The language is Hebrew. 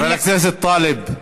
חבר הכנסת טלב,